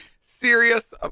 serious